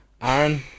Aaron